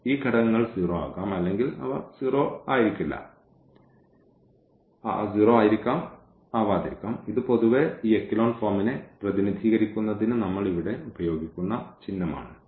ഈ ഘടകങ്ങൾ 0 ആകാം അല്ലെങ്കിൽ അവ 0 ആയിരിക്കില്ല ഇത് പൊതുവെ ഈ എക്കലോൺ ഫോമിനെ പ്രതിനിധീകരിക്കുന്നതിന് നമ്മൾ ഇവിടെ ഉപയോഗിക്കുന്ന ചിഹ്നമാണ്